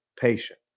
patient